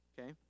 Okay